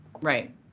Right